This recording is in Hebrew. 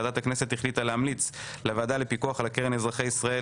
ועדת הכנסת החליטה להמליץ לוועדה לפיקוח על הקרן לאזרחי ישראל